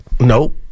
Nope